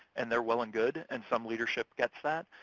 and they're well and good, and some leadership gets that,